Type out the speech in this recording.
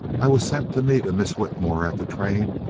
i was sent to meet a miss whitmore at the train,